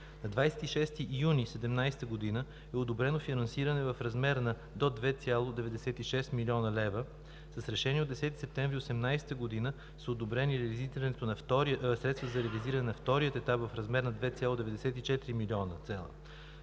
На 26 юни 2017 г. е одобрено финансиране в размер на до 2,96 млн. лв. С решение от 10 септември 2018 г. са одобрени средства за реализиране на втория етап в размер на 2,94 млн. лв.